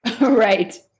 Right